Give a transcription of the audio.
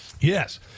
Yes